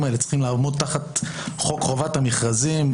האלה צריכים לעמוד תחת חוק חובת המכרזים,